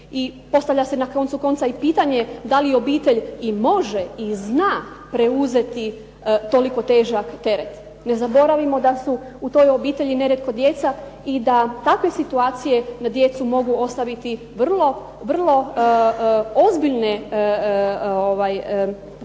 postavlja se na koncu konca i pitanje da li obitelj i može i zna preuzeti toliko težak teret. Ne zaboravimo da su u toj obitelji nerijetko djeca i da takve situacije na djecu mogu ostaviti vrlo ozbiljne